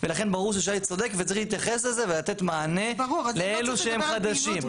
ולכן ברור ששי צודק וצריך להתייחס לזה ולתת מענה לאלו שהם חדשים.